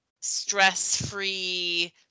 stress-free